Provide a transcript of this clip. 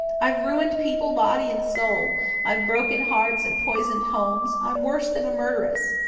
i've ruined people body and soul i've broken hearts and poisoned homes i'm worse than a murderess.